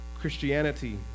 Christianity